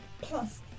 plus